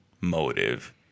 motive